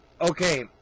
Okay